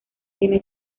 tiene